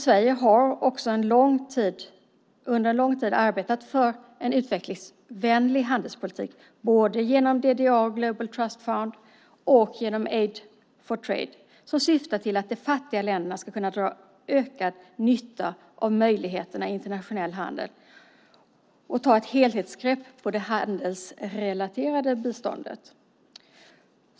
Sverige har också under en lång tid arbetat för en utvecklingsvänlig handelspolitik genom DDA, Global Trust Fund och Aid for trade som syftar till att de fattiga länderna ska kunna dra ökad nytta av möjligheterna i internationell handel och ta ett helhetsgrepp på det handelsrelaterade biståndet.